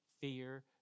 fear